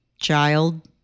child